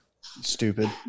Stupid